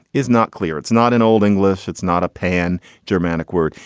is not clear. it's not an old english, it's not a pan germanic word.